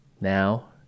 now